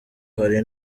hari